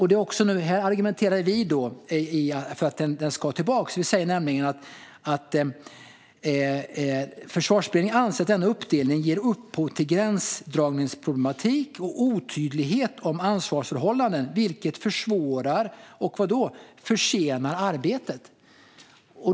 I rapporten argumenterar Försvarsberedningen för att detta ska tillbaka och anser "att denna uppdelning ger upphov till gränsdragningsproblematik och otydlighet om ansvarsförhållanden, vilket försvårar och försenar arbetet".